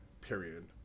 period